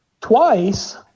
twice